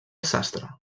sastre